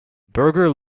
berger